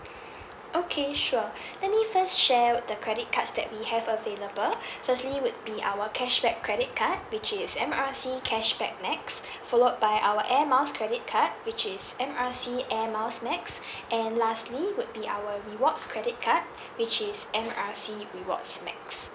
okay sure let me first share the credit cards that we have available firstly would be our cashback credit card which is M R C cashback max followed by our air miles credit card which is M R C air miles max and lastly would be our rewards credit card which is M R C rewards max